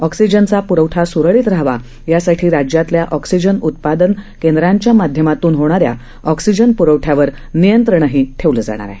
ऑक्सीजनचा प्रवठा सुरळीत राहावा यासाठी राज्यातल्या ऑक्सीजन उत्पादन केंद्रांच्या माध्यमातून होणाऱ्या ऑक्सीजन प्रवठ्यावर नियंत्रण ठेवलं जाणार आहे